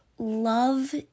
love